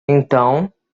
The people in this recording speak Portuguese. então